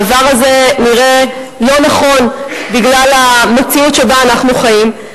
הדבר הזה נראה לא נכון בגלל המציאות שבה אנחנו חיים,